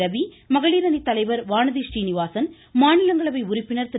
ரவி மகளிரணி தலைவர் வானதிஸரீனிவாசன் மாநிலங்களவை உறுப்பினர் திரு